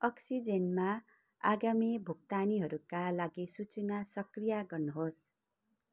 अक्सिजेनमा आगामी भुक्तानीहरूका लागि सूचना सक्रिया गर्नुहोस्